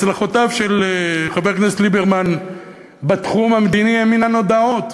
הצלחותיו של חבר הכנסת ליברמן בתחום המדיני הן מן הנודעות.